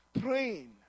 praying